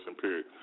period